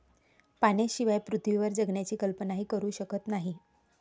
पाण्याशिवाय पृथ्वीवर जगण्याची कल्पनाही करू शकत नाही